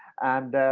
and